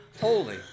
holy